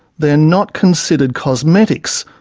they're not considered cosmetics,